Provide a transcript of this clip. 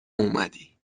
اومدی